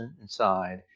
inside